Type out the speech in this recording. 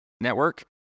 network